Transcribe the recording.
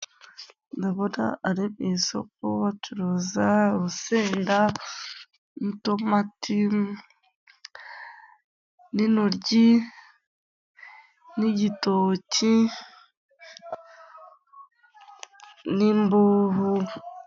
Ndabona ari mu isoko bacuruza urusenda, itomati, n'intoryi, n'igitoki, n'imbubu.